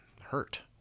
hurt